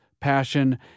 passion